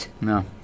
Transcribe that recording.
No